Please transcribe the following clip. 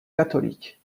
catholique